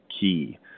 Key